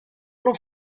non